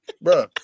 Bro